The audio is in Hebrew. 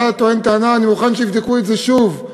אתה טוען טענה, אני מוכן שיבדקו את זה שוב.